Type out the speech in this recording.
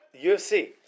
UFC